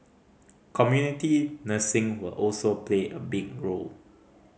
community nursing will also play a big role